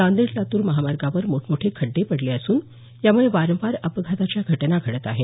नांदेड लातूर महामार्गावर मोठमोठे खड्डे पडले असून यामुळे वारंवार अपघाताच्या घटना घडत आहेत